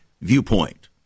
viewpoint